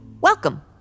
Welcome